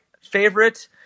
favorite